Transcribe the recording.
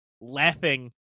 laughing